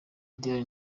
diane